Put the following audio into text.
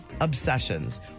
obsessions